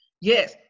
Yes